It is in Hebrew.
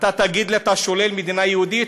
אתה תגיד לי: אתה שולל מדינה יהודית?